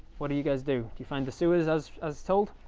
what do you guys do? do you find the sewers as as told?